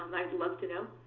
and i'd love to know.